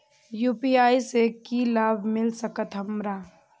UPI से की लाभ मिल सकत हमरा?